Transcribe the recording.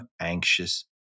anxious